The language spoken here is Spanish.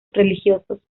religiosos